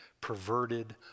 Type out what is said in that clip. perverted